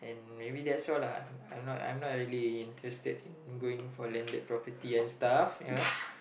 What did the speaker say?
and maybe that's all lah I'm not I'm not really interested in going for landed property and stuff ya